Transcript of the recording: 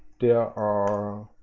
there are,